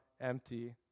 empty